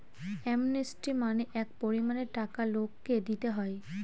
amnesty মানে এক পরিমানের টাকা লোককে দিতে হয়